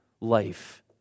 life